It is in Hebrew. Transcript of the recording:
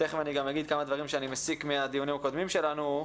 תכף אגיד כמה דברים שאני מסיק מהדיונים הקודמים שלנו,